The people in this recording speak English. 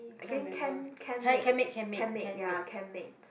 I can can Canmake Canmake ya Canmake